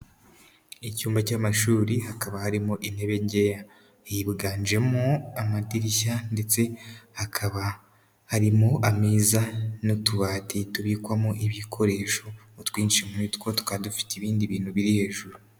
Icyumba cy'amashuri, hakaba harimo intebe nkeya, higanjemo amadirishya ndetse hakaba harimo ameza n'utubati tubikwamo ibikoresho. Utwinshi muri two tukaba dufite ibindi bintu biri hejuru.